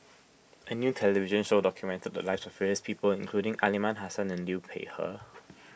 a new television show documented the lives of various people including Aliman Hassan and Liu Peihe